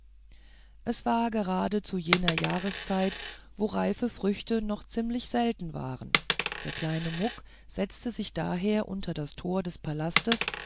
es war gerade zu einer jahrszeit wo reife früchte noch ziemlich selten waren der kleine muck setzte sich daher unter das tor des palastes